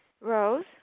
Rose